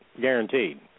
guaranteed